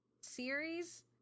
series